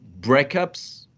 breakups